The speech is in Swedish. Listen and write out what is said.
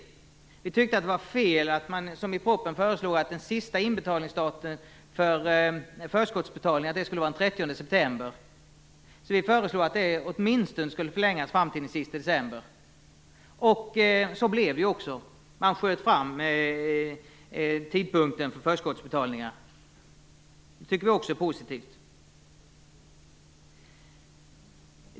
Vi tyckte att det var fel att man i propositionen föreslog att sista inbetalningsdatum för förskottsbetalningar skulle vara den 30 september. Vi föreslog att det åtminstone skulle förlängas fram till den sista december. Så blev det också. Man skjuter fram tidpunkten för förskottsbetalningar. Det tycker vi också är positivt.